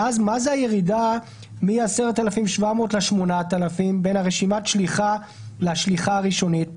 ואז מה זה הירידה מ-10,700 ל-8,000 בין רשימת השליחה לשליחה הראשונית?